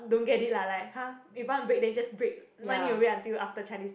don't get it lah like !huh! if want to break then just break why need to wait until after Chinese New